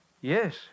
Yes